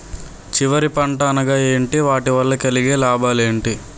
చివరి పంట అనగా ఏంటి వాటి వల్ల కలిగే లాభాలు ఏంటి